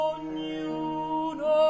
Ognuno